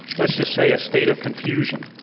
let's just say a state of confusion.